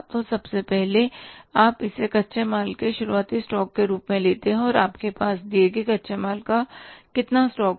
तो सबसे पहले आप इसे कच्चे माल के शुरुआती स्टॉक के रूप में लेते हैं और आप के पास दिए गए कच्चे माल का कितना स्टॉक है